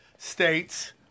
States